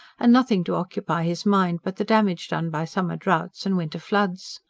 and nothing to occupy his mind but the damage done by summer droughts and winter floods.